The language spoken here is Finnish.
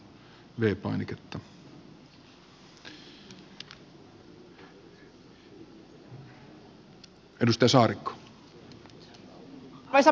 arvoisa puhemies